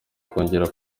kongera